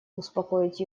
успокоить